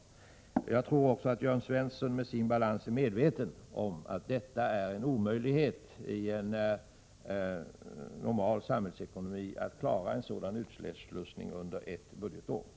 Men jag tror att också Jörn Svensson med sin balans är medveten om att det är omöjligt att i en normal samhällsekonomi klara en sådan utslussning, i varje fall under ett visst budgetår.